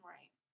Right